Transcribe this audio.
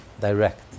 direct